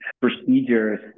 procedures